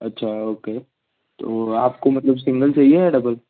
अच्छा ओके तो आपको मतलब सिंगल चाहिए या डबल